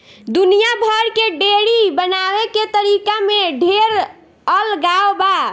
दुनिया भर के डेयरी बनावे के तरीका में ढेर अलगाव बा